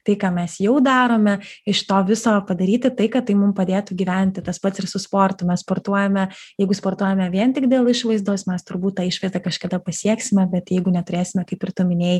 tai ką mes jau darome iš to viso padaryti tai kad tai mum padėtų gyventi tas pats ir su sportu mes sportuojame jeigu sportuojame vien tik dėl išvaizdos mes turbūt tą išvaizdą kažkada pasieksime bet jeigu neturėsime kaip ir tu minėjai